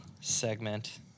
segment